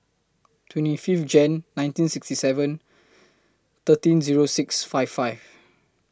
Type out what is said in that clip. twenty Fifth Jan nineteen sixty seven thirteen Zero six five five